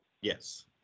Yes